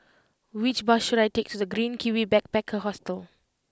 which bus should I take to The Green Kiwi Backpacker Hostel